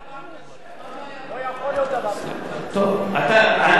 אנחנו סיכמנו כבר בדיון הקודם שאתה מבין בכול ויודע הכול.